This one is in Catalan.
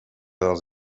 dels